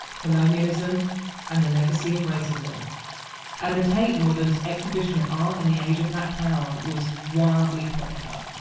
colonialism and the legacy of racism and the tate modern's exhibition of art in the age of black power was wildly popular